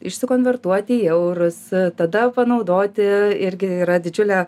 išsikonvertuoti į eurus tada panaudoti irgi yra didžiulė